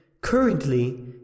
currently